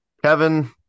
Kevin